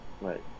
Right